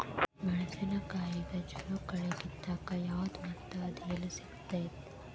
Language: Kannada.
ಮೆಣಸಿನಕಾಯಿಗ ಛಲೋ ಕಳಿ ಕಿತ್ತಾಕ್ ಯಾವ್ದು ಮತ್ತ ಅದ ಎಲ್ಲಿ ಸಿಗ್ತೆತಿ?